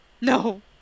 No